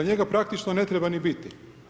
Njega praktičko ne treba ni biti.